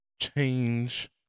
change